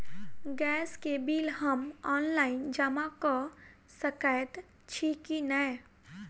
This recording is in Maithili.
गैस केँ बिल हम ऑनलाइन जमा कऽ सकैत छी की नै?